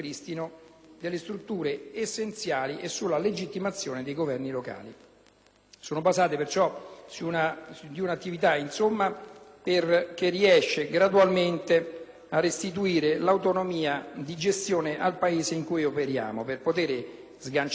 Sono basate, insomma, su di un'attività che riesce gradualmente a restituire l'autonomia di gestione al Paese in cui operiamo per poter sganciare la presenza straniera sul territorio e passare la consegna ad istituzioni interne